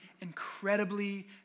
incredibly